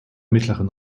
mittleren